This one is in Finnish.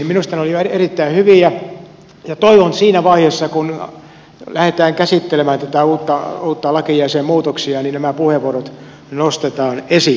minusta ne olivat erittäin hyviä ja toivon että siinä vaiheessa kun lähdetään käsittelemään tätä uutta lakia ja sen muutoksia nämä puheenvuorot nostetaan esiin